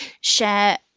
share